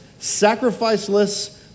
sacrificeless